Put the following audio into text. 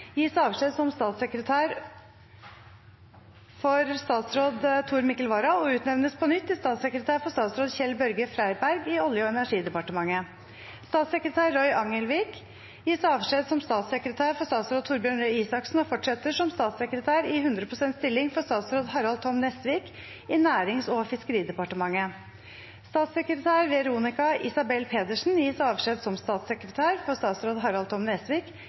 gis avskjed som statssekretær for statsråd Tor Mikkel Wara og utnevnes på nytt til statssekretær for statsråd Kjell-Børge Freiberg i Olje- og energidepartementet. Statssekretær Roy Angelvik gis avskjed som statssekretær for statsråd Torbjørn Røe Isaksen og fortsetter som statssekretær i 100 pst. stilling for statsråd Harald Tom Nesvik i Nærings- og fiskeridepartementet. Statssekretær Veronica Isabel Pedersen gis avskjed som statssekretær for statsråd Harald Tom Nesvik